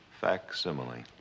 facsimile